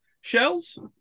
shells